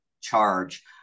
charge